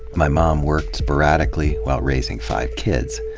my mom worked sporadically while raising five kids.